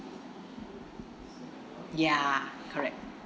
ya correct